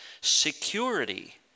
Security